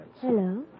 Hello